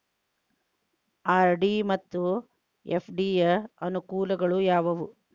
RD ಮತ್ತು FD ಯ ಅನುಕೂಲಗಳು ಯಾವವು?